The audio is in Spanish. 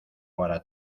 para